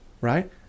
right